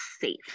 safe